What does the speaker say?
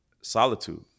solitude